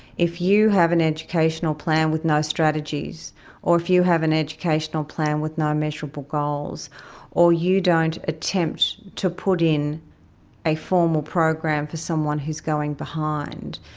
if you have an educational plan with no strategies or if you have an educational plan with no measurable goals or you don't attempt to put in a formal program for someone who is going behind,